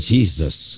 Jesus